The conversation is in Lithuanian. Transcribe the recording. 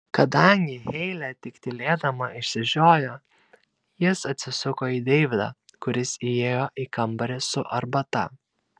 kadangi heilė tik tylėdama išsižiojo jis atsisuko į deividą kuris įėjo į kambarį su arbata